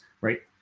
Right